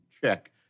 check